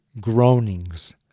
groanings